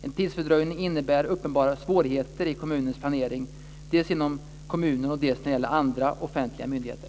En tidsfördröjning innebär uppenbara svårigheter i kommunens planering, dels inom kommunen, dels inom andra offentliga myndigheter.